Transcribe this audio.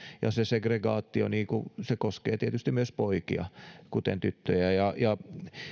ja segregaatio koskee tietysti myös poikia kuten tyttöjä